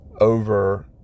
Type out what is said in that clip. over